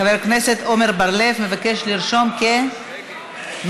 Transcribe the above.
חבר הכנסת עמר בר-לב מבקש לרשום שהוא התנגד,